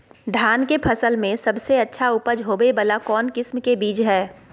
धान के फसल में सबसे अच्छा उपज होबे वाला कौन किस्म के बीज हय?